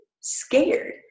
scared